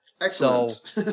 excellent